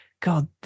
God